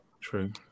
True